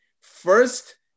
First